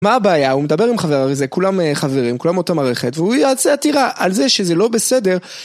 מה הבעיה, הוא מדבר עם חבר הזה, כולם חברים, כולם אותה מערכת, והוא יעשה עתירה על זה שזה לא בסדר.